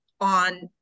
on